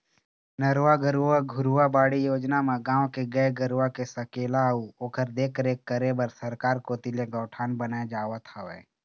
नरूवा, गरूवा, घुरूवा, बाड़ी योजना म गाँव के गाय गरूवा के सकेला अउ ओखर देखरेख करे बर सरकार कोती ले गौठान बनाए जावत हवय